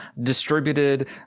distributed